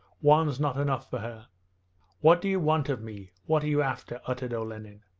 one's not enough for her what do you want of me, what are you after uttered olenin.